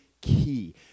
key